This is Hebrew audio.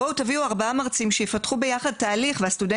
בואו תביאו ארבעה מרצים שיפתחו ביחד תהליך והסטודנט